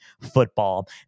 football